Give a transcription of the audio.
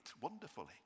wonderfully